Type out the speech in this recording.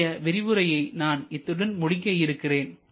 இன்றைய விரிவுரையை நான் இத்துடன் முடிக்க இருக்கிறேன்